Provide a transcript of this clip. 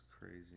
crazy